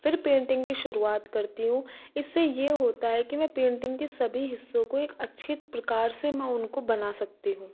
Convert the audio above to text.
फिर पेंटिंग की शुरुवात करती हूँ इससे यह होता है कि वह पेंटिंग के सभी हिस्सों को एक अच्छे प्रकार से मैं उनको बना सकती हूँ